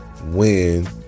win